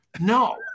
No